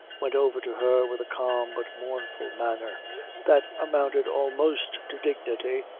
went over to her with a calm but mournful manner that amounted almost to dignity.